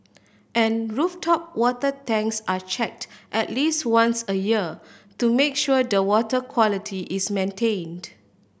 and rooftop water tanks are checked at least once a year to make sure the water quality is maintained